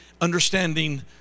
understanding